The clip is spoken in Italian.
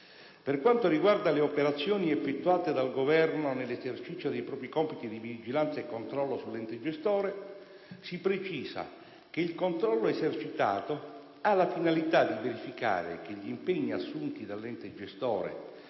Per quanto riguarda le operazioni effettuate dal Governo nell'esercizio dei propri compiti di vigilanza e controllo sull'ente gestore, si precisa che il controllo esercitato ha la finalità di verificare che gli impegni assunti dall'ente gestore